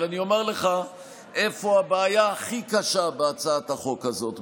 אבל אני אומר לך איפה הבעיה הכי קשה בהצעת החוק הזאת,